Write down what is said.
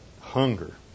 hunger